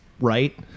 right